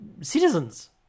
citizens